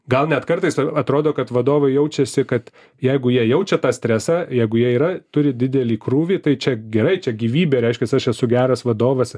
gal net kartais atrodo kad vadovai jaučiasi kad jeigu jie jaučia tą stresą jeigu jie yra turi didelį krūvį tai čia gerai čia gyvybė reiškias aš esu geras vadovas